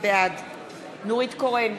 בעד נורית קורן,